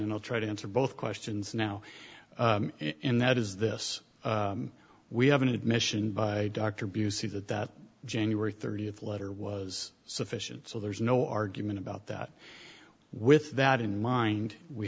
and i'll try to answer both questions now in that is this we have an admission by dr bucy that that january thirtieth letter was sufficient so there's no argument about that with that in mind we